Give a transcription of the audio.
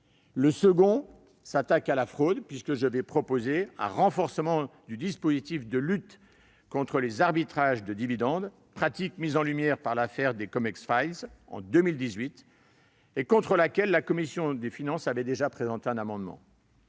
Le second vise à s'attaquer à la fraude, puisque je proposerai un renforcement du dispositif de lutte contre les arbitrages de dividendes, pratique mise en lumière par l'affaire des «» en 2018 et contre laquelle la commission des finances avait déjà présenté un amendement.